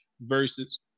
versus